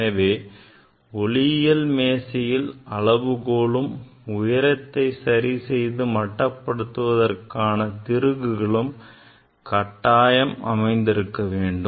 எனவே ஒளியியல் மேசையில் அளவுகோலும் உயரத்தை சரி செய்து மட்டப்படுத்துவதற்கான திருகுகளும் கட்டாயம் அமைந்திருக்க வேண்டும்